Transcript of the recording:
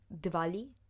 Diwali